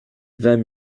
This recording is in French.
vingt